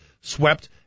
swept